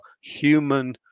human